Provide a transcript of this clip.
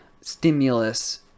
stimulus